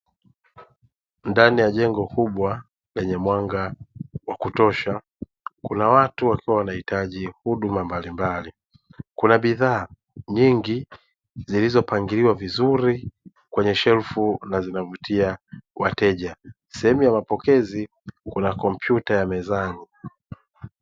Ndani ya jengo kubwa lenye mwanga wa kutosha kuna watu wanahitaji huduma mbalimbali, kuna bidhaa nyingi zilizopangiliwa vizuri kwenye shelfu na zinavutia wateja; sehemu ya mapokezi kuna kompyuta ya mezani.